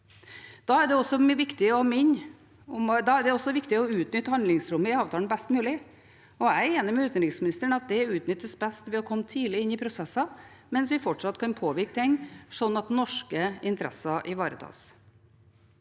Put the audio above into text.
Da er det viktig å utnytte handlingsrommet i avtalen best mulig, og jeg er enig med utenriksministeren i at det utnyttes best ved å komme tidlig inn i prosesser mens vi fortsatt kan påvirke dem, slik at norske interesser ivaretas.